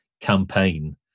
campaign